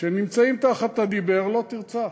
שנמצאים תחת הדיבר "לא תרצח".